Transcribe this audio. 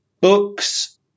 books